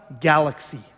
galaxy